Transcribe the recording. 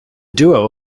duo